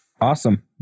Awesome